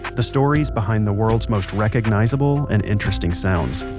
the stories behind the world's most recognizable and interesting sounds.